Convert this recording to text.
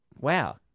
wow